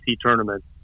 tournament